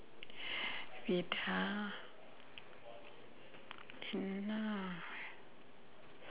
wait ah cannot